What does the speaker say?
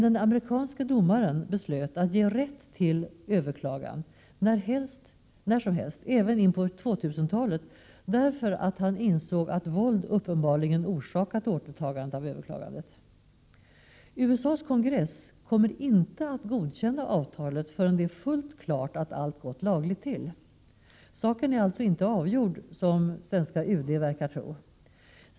Den amerikanske domaren beslöt att ge rätt till överklagande när som helst, även in på 2000-talet, därför att han insåg att våld uppenbarligen orsakat återtagandet av överklagandet. USA:s kongress kommer inte att godkänna avtalet förrän det är fullt klart att allt har gått lagligt till. Saken är alltså inte avgjord, som svenska UD verkar tro.